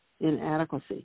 inadequacy